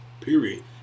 period